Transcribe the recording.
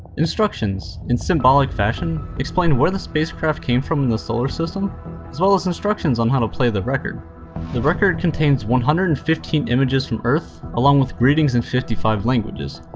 instructions, in symbolic fashion, explain where the spacecraft came from in the solar system as well as instructions on how to play the record the record contains one hundred and fifteen images from earth along with greetings in fifty five languages,